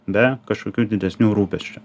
be kažkokių didesnių rūpesčių